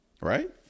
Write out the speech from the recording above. Right